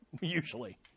usually